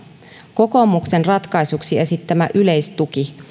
kokoomuksen ratkaisuksi esittämä yleistuki